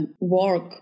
work